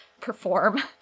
perform